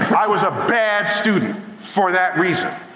i was a bad student, for that reason.